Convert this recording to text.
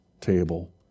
table